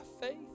faith